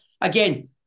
again